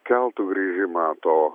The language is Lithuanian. keltų grįžimą to